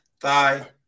thigh